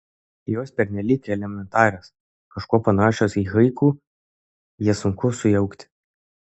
jos pernelyg elementarios kažkuo panašios į haiku jas sunku sujaukti